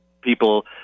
people